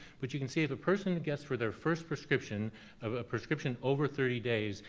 but you can see if a person gets for their first prescription a prescription over thirty days,